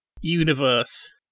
universe